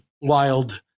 wild